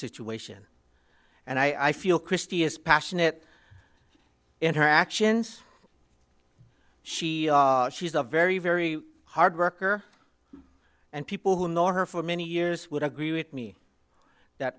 situation and i feel christie is passionate in her actions she she's a very very hard worker and people who know her for many years would agree with me that